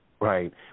Right